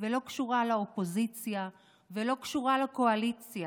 ולא קשורה לאופוזיציה ולא קשורה לקואליציה: